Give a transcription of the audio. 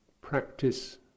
practice